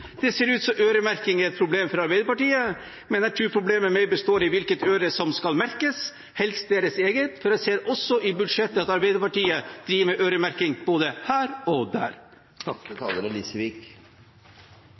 Det ser ut til at øremerking er et problem for Arbeiderpartiet. Men jeg tror problemet mer består i hvilket øre som skal merkes – helst deres eget – for jeg ser i budsjettet at Arbeiderpartiet driver med øremerking både her og der.